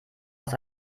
was